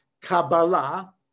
Kabbalah